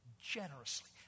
generously